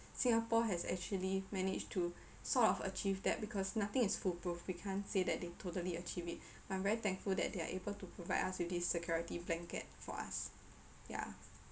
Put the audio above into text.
singapore has actually managed to sort of achieve that because nothing is fool proof we can't say that they totally achieve it but I'm very thankful that they are able to provide us with this security blanket for us ya